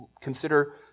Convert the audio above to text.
Consider